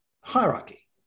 hierarchy